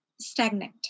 stagnant